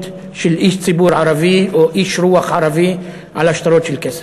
של איש ציבור ערבי או איש רוח ערבי על שטרות הכסף.